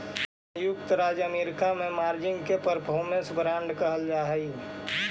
संयुक्त राज्य अमेरिका में मार्जिन के परफॉर्मेंस बांड कहल जा हलई